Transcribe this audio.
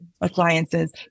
appliances